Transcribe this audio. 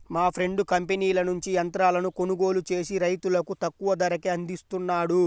మా ఫ్రెండు కంపెనీల నుంచి యంత్రాలను కొనుగోలు చేసి రైతులకు తక్కువ ధరకే అందిస్తున్నాడు